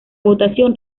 votación